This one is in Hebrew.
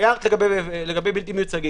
לגבי בלתי-מיוצגים